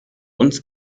uns